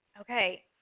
Okay